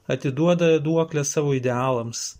atiduoda duoklę savo idealams